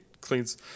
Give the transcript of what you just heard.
cleans